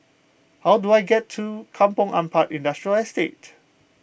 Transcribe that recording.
how do I get to Kampong Ampat Industrial Estate